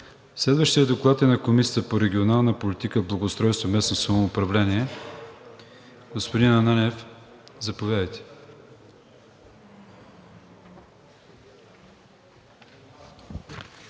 Следващият доклад е на Комисията по регионална политика, благоустройство и местно самоуправление. Господин Ананиев, заповядайте.